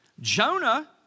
Jonah